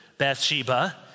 Bathsheba